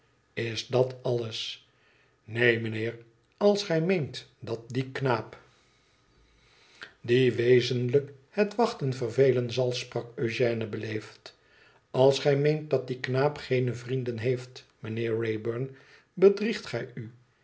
is d a t alles ineen mijnheer als gij meent dat die knaap dien wezenlijk het wachten vervelen zal sprak eugène beleefd als gij meent dat die knaap geene vrienden heft mijnheer wraybüm bedriegt gij u